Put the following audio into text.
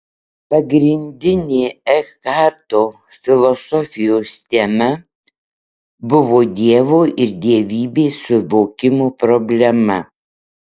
pagrindinė ekharto filosofijos tema buvo dievo ir dievybės suvokimo problema